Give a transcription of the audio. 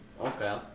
Okay